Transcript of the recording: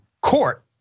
court